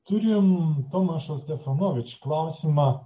turime tomašo stefanovič klausimą